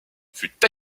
fut